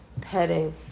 petting